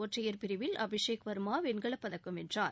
ஒற்றையர் பிரிவில் அபிஷேக் வர்மா வெண்கலப் பதக்கம் வென்றார்